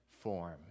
form